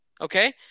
okay